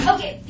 Okay